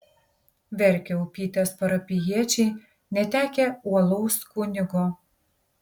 verkia upytės parapijiečiai netekę uolaus kunigo